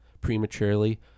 prematurely